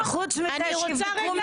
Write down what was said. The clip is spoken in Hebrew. אני רוצה רגע